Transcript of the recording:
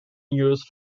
used